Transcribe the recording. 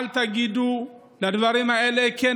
אל תגידו על הדברים האלה: כן,